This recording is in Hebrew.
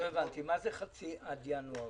מה זה, חצי עד ינואר?